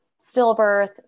stillbirth